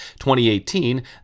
2018